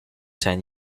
ten